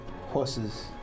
horses